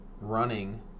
running